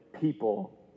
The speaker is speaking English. people